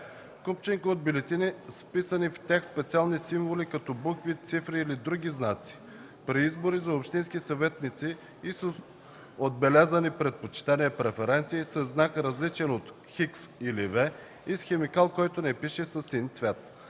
купчинка от бюлетини с вписани в тях специални символи като букви, цифри или други знаци; при избори за общински съветници и с отбелязани предпочитания (преференции) със знак, различен от „Х” или „V”, и с химикал, който не пише със син цвят;